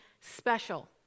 special